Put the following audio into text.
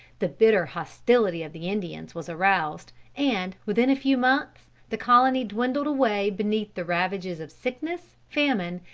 the bitter hostility of the indians was aroused, and, within a few months, the colony dwindled away beneath the ravages of sickness, famine,